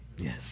Yes